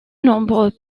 nombreux